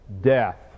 death